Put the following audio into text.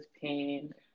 pain